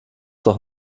doch